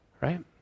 Right